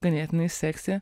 ganėtinai sexy